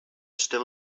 still